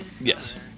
Yes